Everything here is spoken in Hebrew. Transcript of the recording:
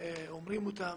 ההורים.